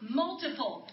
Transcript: multiple